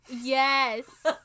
Yes